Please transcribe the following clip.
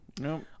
No